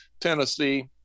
Tennessee